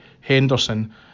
Henderson